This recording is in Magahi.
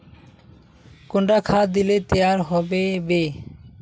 कुंडा खाद दिले तैयार होबे बे?